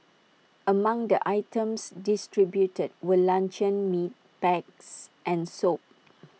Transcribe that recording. among the items distributed were luncheon meat packs and soap